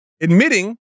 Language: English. Admitting